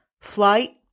flight